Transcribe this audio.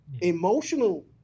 Emotional